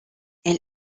elle